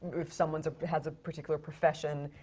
if someone's, has a particular profession,